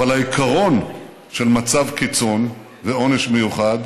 אבל העיקרון של מצב קיצון ועונש מיוחד,